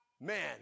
man